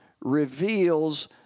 reveals